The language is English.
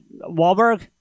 Wahlberg